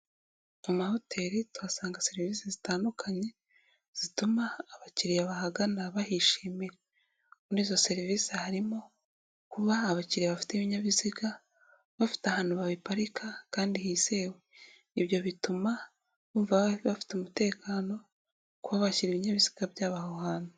Amahoteli tuhasanga serivisi zitandukanye zituma abakiriya bahagana bahishimira, muri izo serivisi harimo kuba abakiriya bafite ibinyabiziga bafite ahantu babiparika kandi hizewe, ibyo bituma bumva bafite umutekano kuba bashyira ibinyabiziga byabo aho hantu.